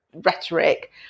rhetoric